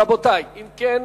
רבותי, אם כן,